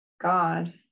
God